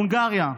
מהונגריה.